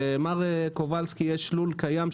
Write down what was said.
למר קובלסקי יש לו לול קיים,